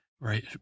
right